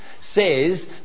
says